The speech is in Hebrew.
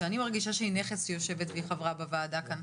שאני מרגישה שהיא נכס שהיא יושבת והיא חברה בוועדה כאן,